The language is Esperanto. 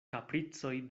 kapricoj